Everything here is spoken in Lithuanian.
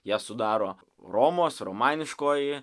ją sudaro romos romaniškoji